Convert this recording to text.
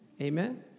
Amen